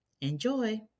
Enjoy